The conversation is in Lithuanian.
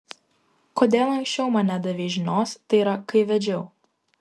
kodėl anksčiau man nedavei žinios tai yra kai vedžiau